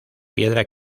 piedra